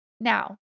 Now